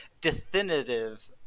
definitive